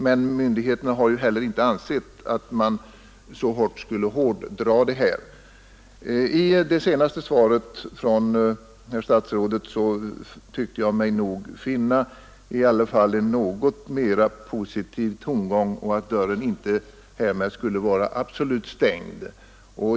Men myndigheterna har heller inte ansett att den här bestämmelsen skall hårdras på det sättet. I det senaste svaret från herr statsrådet tyckte jag mig i alla fall finna en något mera positiv tongång. Dörren skulle alltså inte härmed vara absolut stängd.